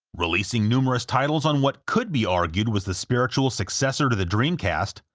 releasing numerous titles on what could be argued was the spiritual successor to the dreamcast,